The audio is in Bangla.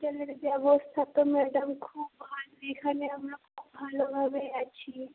এখানের ব্যবস্থা তো ম্যাডাম খুব ভাজ এখানে আমরা খুব ভালোভাবে আছি